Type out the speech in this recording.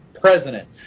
president